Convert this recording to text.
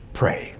pray